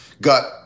got